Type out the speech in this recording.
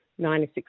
96